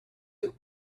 you